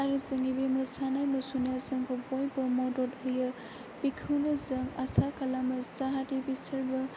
आरो जोंनि बे मोसानाय मुसुरनायाव जोंखौ बयबो मदद होयो बेखौनो जों आसा खालामो जाहाथे बिसोरबो